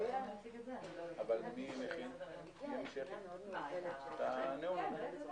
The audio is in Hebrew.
הישיבה ננעלה בשעה